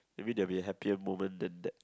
maybe there will be a happier moment than that